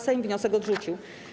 Sejm wniosek odrzucił.